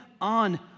on